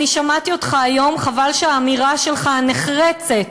אני שמעתי אותך היום, חבל שהאמירה שלך, הנחרצת,